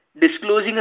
disclosing